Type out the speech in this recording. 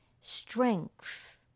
strength